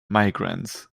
migrants